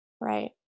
Right